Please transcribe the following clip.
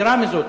יתירה מזאת,